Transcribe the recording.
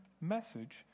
message